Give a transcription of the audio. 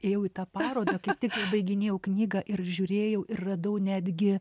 ėjau į tą parodą kaip tik baiginėjau knygą ir žiūrėjau ir radau netgi